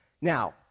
Now